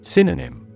Synonym